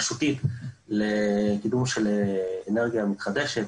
רשותית לקידום אנרגיה מתחדשת,